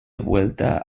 vuelta